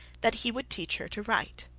that he would teach her to write.